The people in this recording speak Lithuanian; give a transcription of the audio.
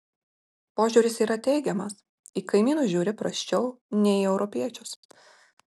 požiūris yra teigiamas į kaimynus žiūri prasčiau nei į europiečius